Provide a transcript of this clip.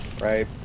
Right